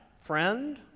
friend